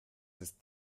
ist